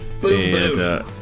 boom